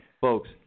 folks